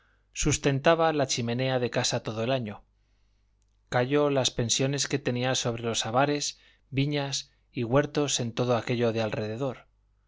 sustentaba la chimenea de casa todo el año callo las pensiones que tenía sobre los habares viñas y huertos en todo aquello de alrededor